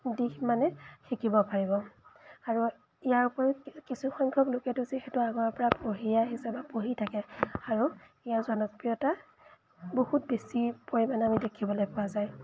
দিশ মানে শিকিব পাৰিব আৰু ইয়াৰ উপৰিও কিছু সংখ্যক লোকেতো যে সেইটো আগৰেপৰা পঢ়িয়ে আহিছে বা পঢ়ি থাকে আৰু ইয়াৰ জনপ্ৰিয়তা বহুত বেছি পৰিমাণে আমি দেখিবলৈ পোৱা যায়